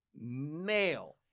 male